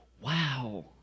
wow